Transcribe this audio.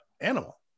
animal